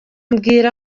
mbwira